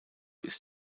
ist